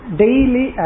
daily